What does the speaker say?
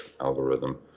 algorithm